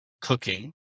cooking